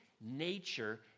nature